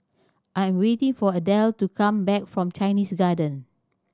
I am waiting for Adele to come back from Chinese Garden